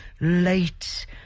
late